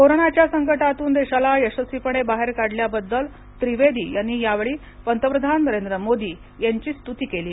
कोरोनाच्या संकटातून देशाला यशस्वीपणे बाहेर काढल्या बद्दल त्रिवेदी यांनी यावेळी पंतप्रधान नरेंद्र मोदी यांची स्तुती केली